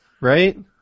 right